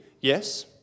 Yes